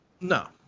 No